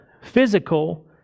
physical